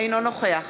אינו נוכח